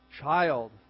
child